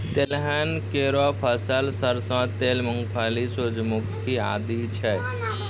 तिलहन केरो फसल सरसों तेल, मूंगफली, सूर्यमुखी आदि छै